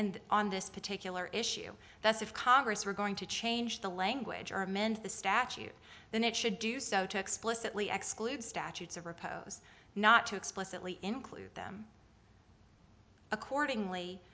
and on this particular issue that's if congress were going to change the language or amend the statute then it should do so to explicitly exclude statutes of repose not to explicitly include them accordingly